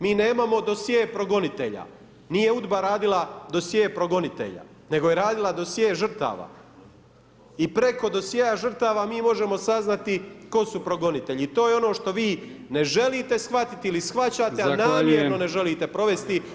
Mi nemamo dosje progonitelja, nije UDBA radila dosje progonitelja, nego je radila dosje žrtava i preko dosjea žrtava mi možemo saznati tko su progonitelji i to je ono što vi ne želite shvatiti ili shvaćate, a namjerno ne želite provesti.